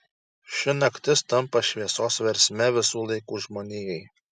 ši naktis tampa šviesos versme visų laikų žmonijai